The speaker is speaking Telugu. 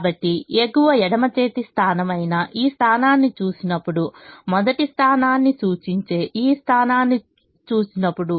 కాబట్టి ఎగువ ఎడమ చేతి స్థానం అయిన ఈ స్థానాన్ని చూసినప్పుడు మొదటి స్థానాన్ని సూచించే ఈ స్థానాన్ని చూసినప్పుడు